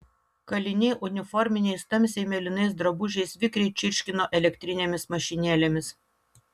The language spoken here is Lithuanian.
kaliniai uniforminiais tamsiai mėlynais drabužiais vikriai čirškino elektrinėmis mašinėlėmis